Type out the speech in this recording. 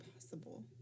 possible